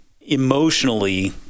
emotionally